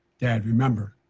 dad, remember,